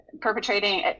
perpetrating